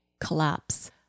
collapse